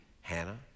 Hannah